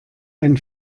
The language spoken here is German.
ein